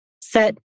Set